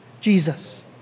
Jesus